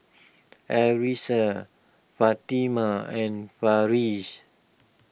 Arissa Fatimah and Farish